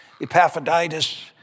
Epaphroditus